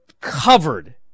covered